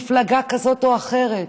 מפלגה כזאת או אחרת.